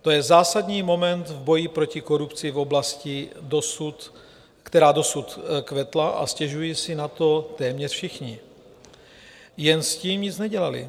To je zásadní moment v boji proti korupci v oblasti, která dosud kvetla, a stěžují si na to téměř všichni, jen s tím nic nedělali.